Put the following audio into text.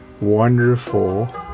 wonderful